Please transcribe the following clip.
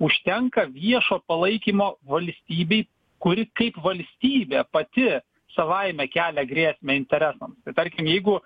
užtenka viešo palaikymo valstybei kuri kaip valstybė pati savaime kelia grėsmę interesams tarkim jeigu